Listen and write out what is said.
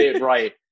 Right